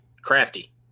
Crafty